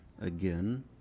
again